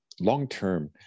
long-term